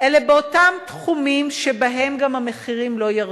הן באותם תחומים שבהם גם המחירים לא ירדו.